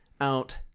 out